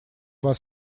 вас